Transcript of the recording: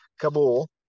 Kabul